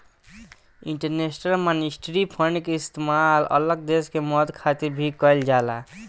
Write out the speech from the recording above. international Monetary Fund के इस्तेमाल अलग देश के मदद खातिर भी कइल जाला